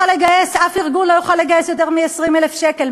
אף ארגון לא יוכל לגייס יותר מ-20,000 שקלים.